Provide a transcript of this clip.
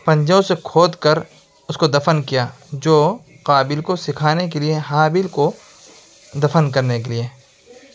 پنجوں سے کھود کر اس کو دفن کیا جو قابیل کو سکھانے کے ہابیل کو دفن کرنے کے لیے